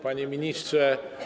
Panie Ministrze!